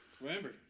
Remember